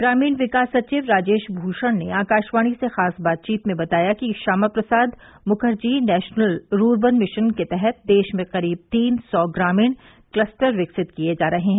ग्रामीण विकास सचिव राजेश भूषण ने आकाशवाणी से खास बातचीत में बताया कि Shyama Prasad Mukherjee national rurban mission के तहत देश में करीब तीन सौ ग्रामीण क्लस्टर विकसित किए जा रहे हैं